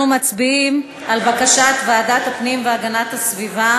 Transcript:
אנחנו מצביעים על הצעת ועדת הפנים והגנת הסביבה